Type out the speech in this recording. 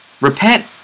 Repent